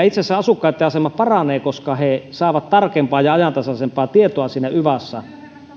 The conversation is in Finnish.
itse asiassa asukkaitten asema paranee koska he saavat tarkempaa ja ajantasaisempaa tietoa siinä yvassa